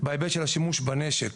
בהיבט של השימוש בנשק,